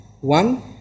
One